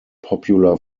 popular